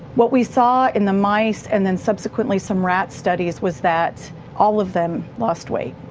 what we saw in the mice and then subsequently some rat studies was that all of them lost weight.